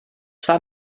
zwei